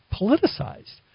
politicized